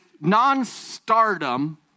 non-stardom